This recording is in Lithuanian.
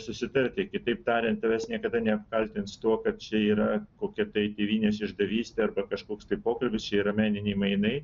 susitarti kitaip tariant tavęs niekada neapkaltins tuo kad čia yra kokia tai tėvynės išdavystė arba kažkoks tai pokalbis čia yra meniniai mainai